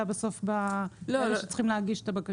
בסוף באלה שצריכים להגיש את הבקשות.